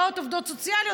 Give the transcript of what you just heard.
באות עובדות סוציאליות,